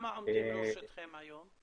כמה עומדים לרשותכם היום?